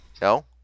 No